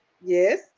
Yes